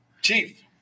Chief